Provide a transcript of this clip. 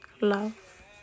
love